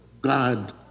God